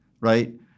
right